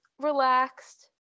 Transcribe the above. relaxed